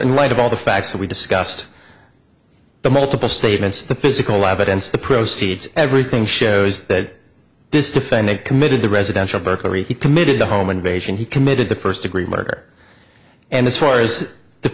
in light of all the facts that we discussed the multiple statements the physical evidence the proceeds everything shows that this defendant committed the residential burglary he committed the home invasion he committed the first degree murder and as far as the